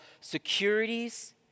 securities